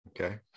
Okay